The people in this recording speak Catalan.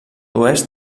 oest